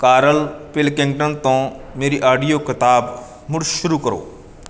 Karl Pilkington ਤੋਂ ਮੇਰੀ audio ਕਿਤਾਬ ਮੁੜ ਸ਼ੁਰੂ ਕਰੋ